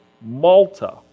Malta